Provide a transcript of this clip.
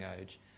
age